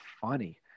funny